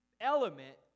element